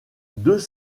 deux